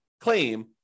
claim